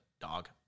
dog